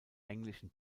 englischen